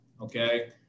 Okay